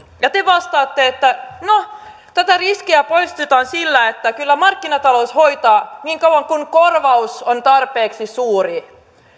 ja te vastaatte että no tätä riskiä poistetaan sillä että kyllä markkinatalous hoitaa niin kauan kuin korvaus on tarpeeksi suuri